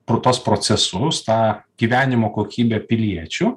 pro tuos procesus tą gyvenimo kokybę piliečių